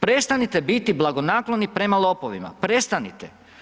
Prestanite biti blagonakloni prema lopovima, prestanite.